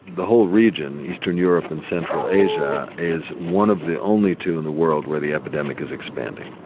the whole region, eastern europe and central asia, is one of the only two in the world where the epidemic is expanding.